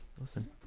listen